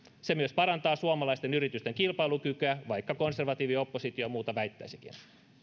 se myös parantaa suomalaisten yritysten kilpailukykyä vaikka konservatiivioppositio muuta väittäisikin